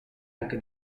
anche